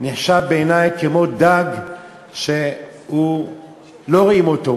נחשב בעיני כמו דג שלא רואים אותו,